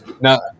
No